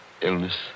illness